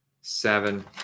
seven